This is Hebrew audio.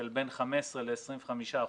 של בין 15% ל-25%,